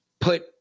put